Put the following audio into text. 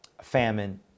famine